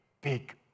big